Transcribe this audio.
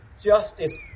justice